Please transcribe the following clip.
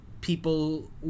people